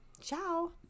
Ciao